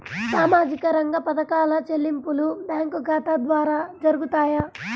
సామాజిక రంగ పథకాల చెల్లింపులు బ్యాంకు ఖాతా ద్వార జరుగుతాయా?